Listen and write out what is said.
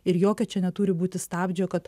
ir jokio čia neturi būti stabdžio kad